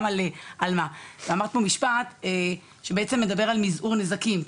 על מה ואמרת פה משפט שבעצם מדבר על מזעור נזקים,